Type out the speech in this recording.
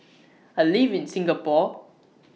I live in Singapore